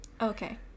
Okay